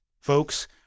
Folks